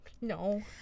No